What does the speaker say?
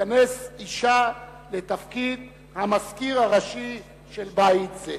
תיכנס אשה לתפקיד המזכיר הראשי של הבית הזה.